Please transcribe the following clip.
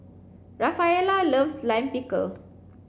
Rafaela loves Lime Pickle